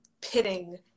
pitting